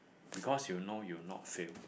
because you know you'll not fail